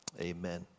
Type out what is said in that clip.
amen